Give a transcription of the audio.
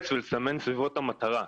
ואז לצייר סביבו את המטרה.